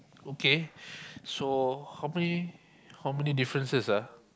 okay so how many how many differences ah